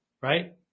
right